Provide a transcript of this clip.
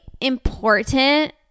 important